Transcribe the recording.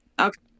Okay